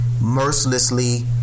mercilessly